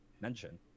mention